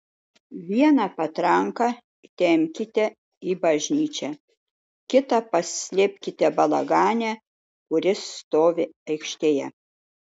vieną patranką įtempkite į bažnyčią kitą paslėpkite balagane kuris stovi aikštėje